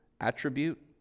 attribute